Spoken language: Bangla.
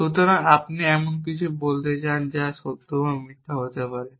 সুতরাং আপনি এমন কিছু বলতে কী বোঝেন যা সত্য বা মিথ্যা হতে পারে